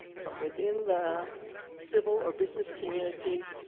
from within the civil or business community,